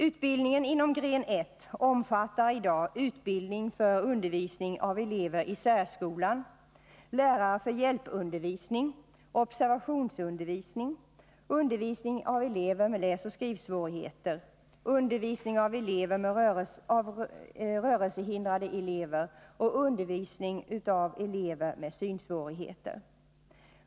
Utbildningen inom gren 1 omfattar i dag utbildning för undervisning av elever i särskolan, hjälpundervisning, observationsundervisning, undervisning av elever med läsoch skrivsvårigheter, undervisning av rörelsehindrade elever och undervisning av elever med synsvårigheter.